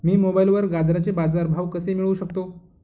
मी मोबाईलवर गाजराचे बाजार भाव कसे मिळवू शकतो?